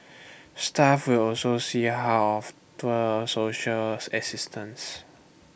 staff will also see how of to A social assistance